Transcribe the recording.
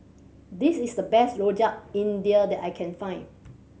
this is the best Rojak India that I can find